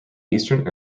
eastern